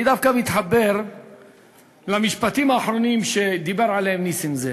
אני דווקא מתחבר למשפטים האחרונים שדיבר עליהם נסים זאב.